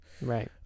Right